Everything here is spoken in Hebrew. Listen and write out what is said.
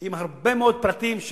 עם הרבה מאוד פרטים.